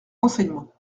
renseignements